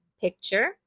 picture